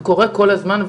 זה קורה כל הזמן.